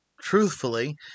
truthfully